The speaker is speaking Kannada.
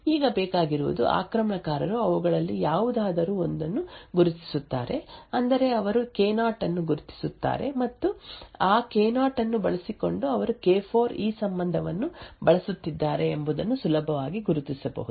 ಈಗ ಬೇಕಾಗಿರುವುದು ಆಕ್ರಮಣಕಾರರು ಅವುಗಳಲ್ಲಿ ಯಾವುದಾದರೂ ಒಂದನ್ನು ಗುರುತಿಸುತ್ತಾರೆ ಅಂದರೆ ಅವರು ಕೆ0 ಅನ್ನು ಗುರುತಿಸುತ್ತಾರೆ ಮತ್ತು ಆ ಕೆ0 ಅನ್ನು ಬಳಸಿಕೊಂಡು ಅವರು ಕೆ4 ಈ ಸಂಬಂಧವನ್ನು ಬಳಸುತ್ತಿದ್ದಾರೆ ಎಂಬುದನ್ನು ಸುಲಭವಾಗಿ ಗುರುತಿಸಬಹುದು